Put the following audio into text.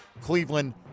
Cleveland